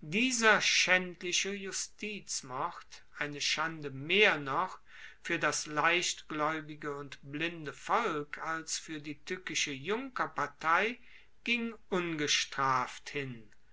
dieser schaendliche justizmord eine schande mehr noch fuer das leichtglaeubige und blinde volk als fuer die tueckische junkerpartei ging ungestraft hin